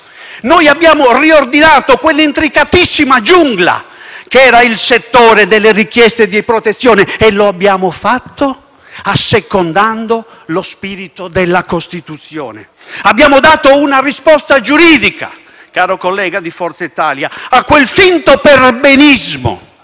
abbiamo riordinato quella intricatissima giungla che era il settore delle richieste di protezione e lo abbiamo fatto assecondando lo spirito della Costituzione. Abbiamo dato una risposta giuridica, caro collega di Forza Italia, a quel finto perbenismo